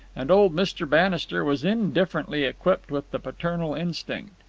and old mr. bannister was indifferently equipped with the paternal instinct.